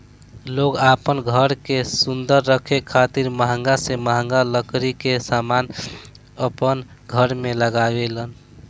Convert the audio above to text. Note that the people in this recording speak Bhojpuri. लोग आपन घर के सुंदर रखे खातिर महंगा से महंगा लकड़ी के समान अपन घर में लगावे लेन